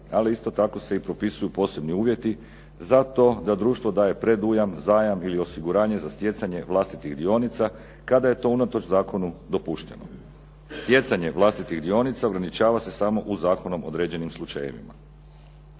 ali isto tako se i propisuju posebni uvjeti za to da društvo daje predujam, zajam ili osiguranje za stjecanje vlastitih dionica kada je to unatoč zakonu dopušteno. Stjecanje vlastitih dionica ograničava se samo u zakonom određenim slučajevima.